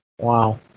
Wow